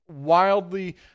wildly